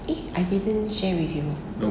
eh I didn't share with you